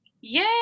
Yay